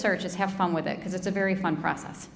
search is have fun with it because it's a very fun process